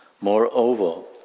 Moreover